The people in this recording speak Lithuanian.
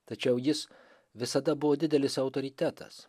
tačiau jis visada buvo didelis autoritetas